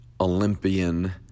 Olympian